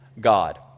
God